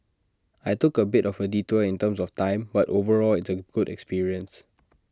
I took A bit of detour in terms of time but overall it's A good experience